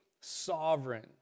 sovereign